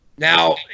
Now